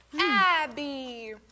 Abby